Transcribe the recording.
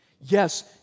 yes